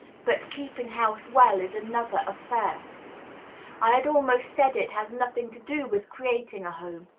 but keeping house well is another affair i had almost said it has nothing to do with creating a home.